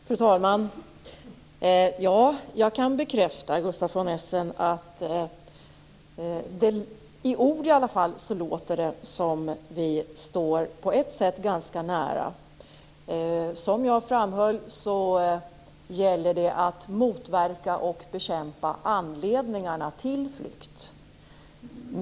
Fru talman! Jag kan bekräfta att det åtminstone i ord låter som om vi på ett sätt står ganska nära varandra, Gustaf von Essen. Som jag framhöll gäller det att motverka och bekämpa anledningarna till flykt.